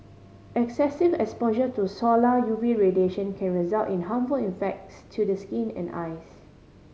excessive exposure to solar U V radiation can result in harmful effects to the skin and eyes